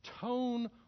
tone